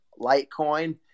Litecoin